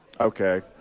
Okay